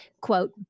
quote